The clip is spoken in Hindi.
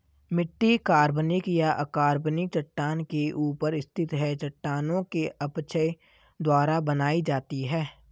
मिट्टी कार्बनिक या अकार्बनिक चट्टान के ऊपर स्थित है चट्टानों के अपक्षय द्वारा बनाई जाती है